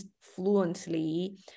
fluently